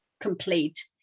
complete